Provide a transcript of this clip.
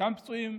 חלקם פצועים,